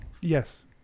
Yes